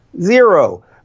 Zero